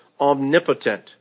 omnipotent